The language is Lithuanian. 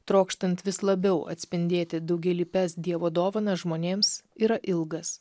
trokštant vis labiau atspindėti daugialypes dievo dovanas žmonėms yra ilgas